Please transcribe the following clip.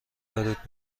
دارید